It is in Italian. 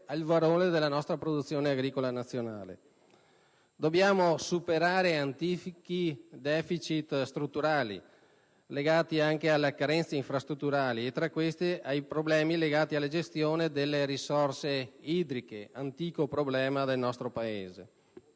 al valore della nostra produzione agricola nazionale. Dobbiamo superare antichi*deficit* strutturali, legati anche alle carenze infrastrutturali e, tra queste, ai problemi legati alla gestione delle risorse idriche (antico problema del nostro Paese).